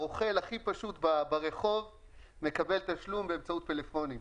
הרוכל הכי פשוט ברחוב מקבל תשלום באמצעות פלאפונים.